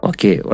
Okay